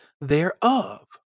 thereof